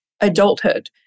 adulthood